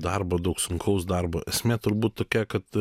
darbo daug sunkaus darbo esmė turbūt tokia kad